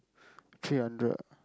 three hundred